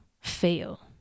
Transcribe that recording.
fail